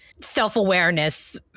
self-awareness